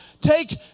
Take